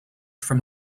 from